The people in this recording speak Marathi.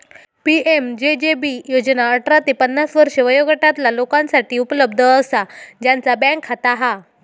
पी.एम.जे.जे.बी योजना अठरा ते पन्नास वर्षे वयोगटातला लोकांसाठी उपलब्ध असा ज्यांचा बँक खाता हा